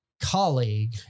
colleague